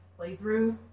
playthrough